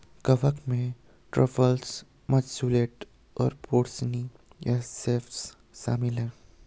कवक में truffles, matsutake और पोर्सिनी या सेप्स शामिल हैं